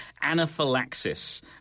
anaphylaxis